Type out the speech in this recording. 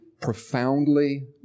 profoundly